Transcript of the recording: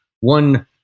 one